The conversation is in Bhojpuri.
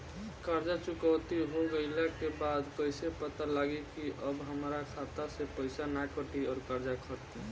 कर्जा चुकौती हो गइला के बाद कइसे पता लागी की अब हमरा खाता से पईसा ना कटी और कर्जा खत्म?